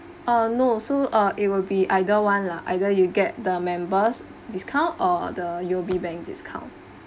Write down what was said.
ah no so uh it will be either one lah either you get the members discount or the U_O_B bank discount